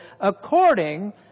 according